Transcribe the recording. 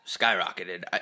skyrocketed